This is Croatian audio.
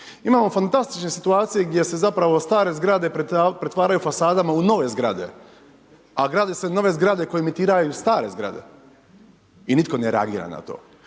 Imamo fantastične situacije gdje se zapravo stare zgrade pretvaraju fasadama u nove zgrade, a grade se nove zgrade koje emitiraju stare zgrade i nitko ne reagira na to.